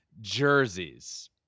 jerseys